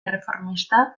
erreformista